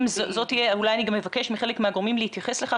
אני גם אבקש מחלק מהגורמים להתייחס לכך